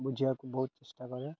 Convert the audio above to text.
ବୁଝିବାକୁ ବହୁତ ଚେଷ୍ଟା କରେ